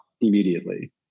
immediately